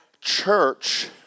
Church